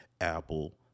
Apple